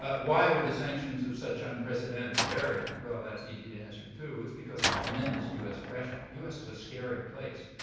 ah why were the sanctions of such unprecedented severity? well, that's easy to answer, too. it's because of tremendous us pressure. us is a scary place.